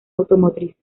automotriz